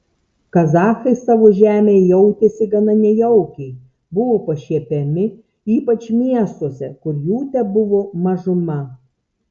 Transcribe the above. kazachai savo žemėje jautėsi gana nejaukiai buvo pašiepiami ypač miestuose kur jų tebuvo mažuma